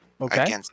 Okay